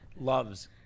loves